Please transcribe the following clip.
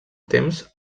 temps